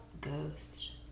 Ghosts